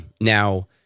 Now